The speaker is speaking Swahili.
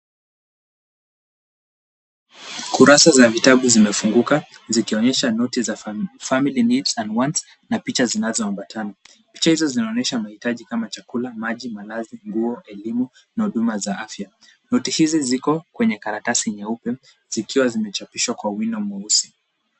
Kurasa za vitabu zimefunguka, zikionyesha noti za family needs and wants na picha zinazoambatana. Picha hizo zinaonyesha mahitaji kama chakula, maji, malazi, nguo, elimu, na huduma za afya. Noti hizi ziko kwenye karatasi nyeupe, zikiwa zimechapishwa kwa wino mweusi.